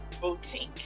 boutique